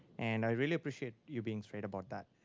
and i really appreciate your being straight about that.